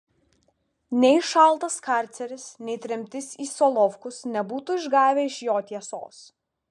nei šaltas karceris nei tremtis į solovkus nebūtų išgavę iš jo tiesos